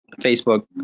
Facebook